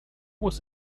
was